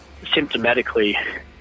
symptomatically